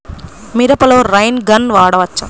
మిరపలో rain gun వాడవచ్చా?